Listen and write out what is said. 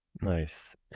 Nice